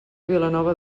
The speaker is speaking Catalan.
vilanova